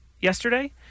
yesterday